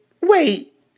wait